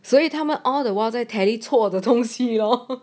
所以他们 all the while tally 错的东西 lor